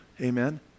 amen